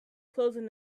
closing